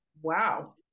wow